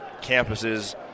campuses